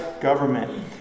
government